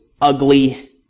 ugly